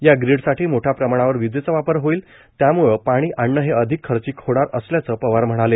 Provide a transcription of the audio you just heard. या ग्रीडसाठी मोठ्या प्रमाणावर वीजेचा वापर होईल त्याम्ळ पाणी आणणं हे अधिक खर्चिक होणार असल्याचं पवार म्हणाले